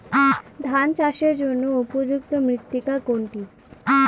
ধান চাষের জন্য উপযুক্ত মৃত্তিকা কোনটি?